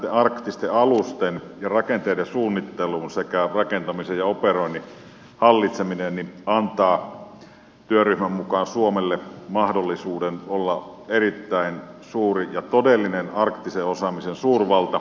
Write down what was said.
näitten arktisten alusten ja rakenteiden suunnittelun sekä rakentamisen ja operoinnin hallitseminen antaa työryhmän mukaan suomelle mahdollisuuden olla erittäin suuri ja todellinen arktisen osaamisen suurvalta